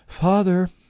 Father